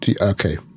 Okay